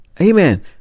Amen